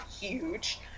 Huge